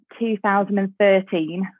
2013